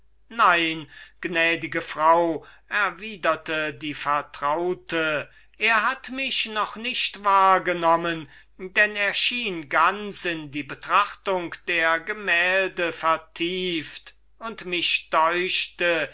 nein madam erwiderte die vertraute er hat mich noch nicht wahrgenommen denn er schien ganz in die betrachtung der gemälde vertieft und mich deuchte